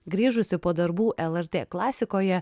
grįžusi po darbų lrt klasikoje